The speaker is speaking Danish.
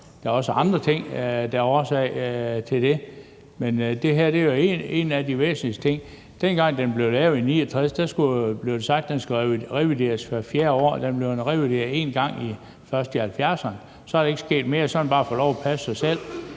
Der er også andre ting, der er årsag til det, men det her er en af de væsentligste ting. Dengang den blev lavet i 1969, blev der sagt, at den skulle revurderes hvert fjerde år. Den er blevet revurderet én gang først i 1970'erne. Så er der ikke sket mere. Så har den bare fået lov at passe sig selv.